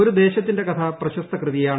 ഒരു ദേശത്തിന്റെ കഥ പ്രശസ്ത കൃതിയാണ്